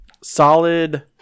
solid